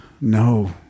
No